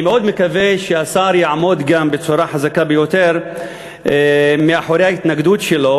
אני מאוד מקווה שהשר יעמוד גם בצורה חזקה ביותר מאחורי ההתנגדות שלו,